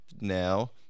now